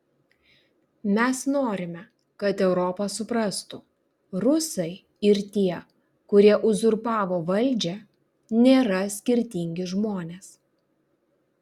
mes norime kad europa suprastų rusai ir tie kurie uzurpavo valdžią nėra skirtingi žmonės